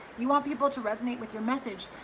you want people to resonate with your message,